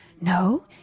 no